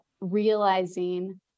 realizing